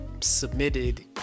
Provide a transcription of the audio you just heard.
submitted